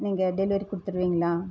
நீங்கள் டெலிவரி கொட்த்துருவீங்களா